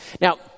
Now